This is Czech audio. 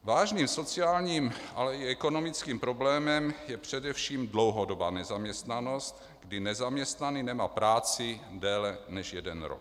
Vážným sociálním, ale i ekonomickým problémem je především dlouhodobá nezaměstnanost, kdy nezaměstnaný nemá práci déle než jeden rok.